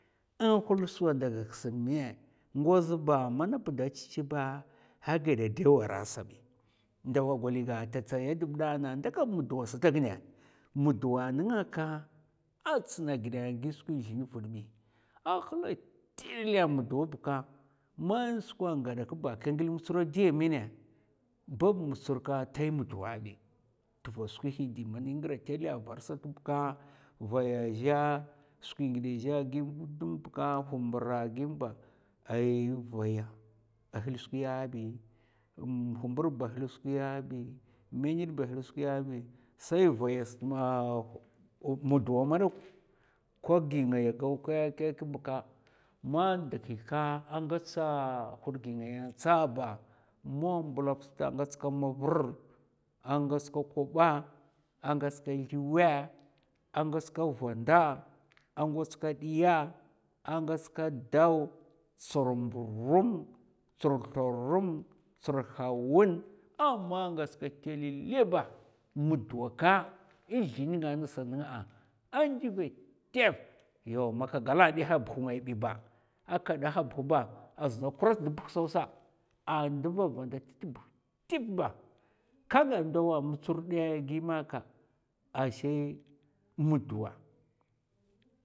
In hul swa daga ksa mè? Ngoz ba mana pda tèt ba a gada dè wara sabi ndawa gwaliga ta tsaya dabb da nda kan muduwa sata ghinè muduwa nènga ka, a tsna ghida ghi skwi zlin vadbi a hla tèlèlè a muduwa bka ma skwa gadak ba kagi motsor a diya mènè, bab motsor ka tai muduwa bai tva skwin di man i ngra tèlè avar sat bka vaya zhè, skwi ngidè zhè gimm gudam bka hubra gimm ba, ai vaya a hil skwiya bi um hubur ba hil skwiya bi, mèmid ba a hil skiya bi, sai vaya sa ahh muduw madauk kob gi ngaya gau kèkkè bka man da gi ka aa ngats hud gi ngaya ntsa ba man in mblup sta a ngats ka mavar, ngats ka koba, a ngats slèwèd, a ngats ka vannda, ngats ka diya, a ngats ka daw, tsir mburum, tsir thorum, tsir hawun ama ngats ka tèlèlèlè ba muduwa ka in zlèn nènga ngasa nènga a, a ndva tèf yaw man ka gala bi hab buh ngai bi ba, a ka daha buh ba azna a krats da buh saw sa a nɗva vanda tatt buh tèffa ka gaɗ ndawa? Motsor dɓ gima ka ashè muduwa,